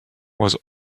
was